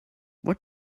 what